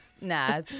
nah